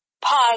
pause